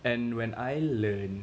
and when I learn